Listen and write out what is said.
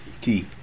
key